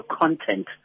content